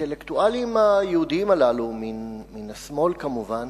האינטלקטואלים היהודים האלה מהשמאל, כמובן,